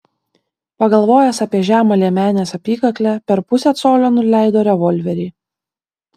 pagalvojęs apie žemą liemenės apykaklę per pusę colio nuleido revolverį